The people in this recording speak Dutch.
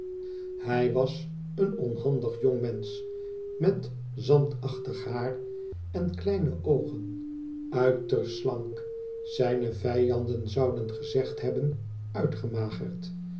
hij was een onhandig jongmensch met zandachtig haar en kleine oogen uiterst slank zijne vijanden zouden gezegd hebben